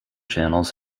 channels